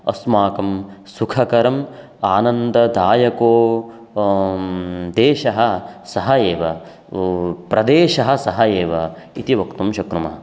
अस्माकं सुखकरम् आनन्ददायकः देशः सः एव प्रदेशः सः एव इति वक्तुं शक्नुमः